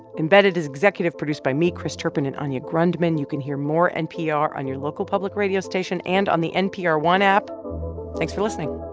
embedded is executive produced by me, chris turpin and anya grundmann. you can hear more npr on your local public radio station and on the npr one app thanks for listening